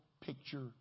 picture